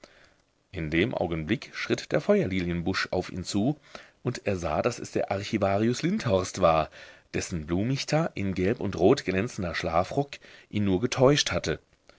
in dem augenblick schritt der feuerlilienbusch auf ihn zu und er sah daß es der archivarius lindhorst war dessen blumichter in gelb und rot glänzender schlafrock ihn nur getäuscht hatte